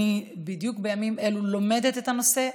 בדיוק בימים אלו אני לומדת את הנושא.